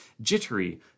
jittery